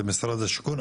משרד השיכון,